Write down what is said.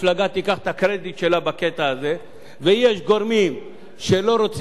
ויש גורמים שלא רוצים את הדו-קיום ואת